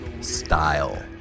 Style